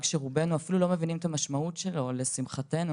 שרובינו אפילו לא מכירים את המשמעות שלו או לשמחתנו,